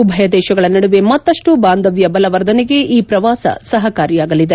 ಉಭಯ ದೇಶಗಳ ನಡುವೆ ಮತ್ತು ಬಾಂಧವ್ಯ ಬಲವರ್ಧನೆಗೆ ಈ ಪ್ರವಾಸ ಸಹಕಾರಿಯಾಗಲಿದೆ